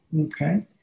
okay